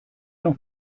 noch